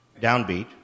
downbeat